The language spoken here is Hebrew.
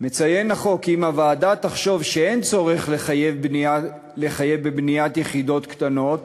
מציין החוק כי אם הוועדה תחשוב שאין צורך לחייב בבניית יחידות קטנות,